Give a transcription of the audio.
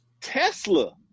Tesla